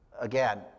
Again